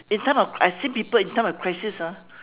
in time of I've seen people in time of crisis ah